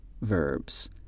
verbs